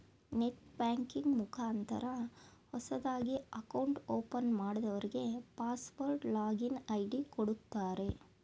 net banking ಮುಖಾಂತರ ಹೊಸದಾಗಿ account open ಮಾಡದವ್ರಗೆ ಪಾಸ್ವರ್ಡ್ ಲಾಗಿನ್ ಐ.ಡಿ ಕೊಡುತ್ತಾರೆ